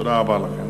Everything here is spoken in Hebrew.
תודה רבה לכם.